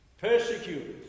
persecuted